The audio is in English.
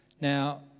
Now